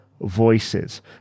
voices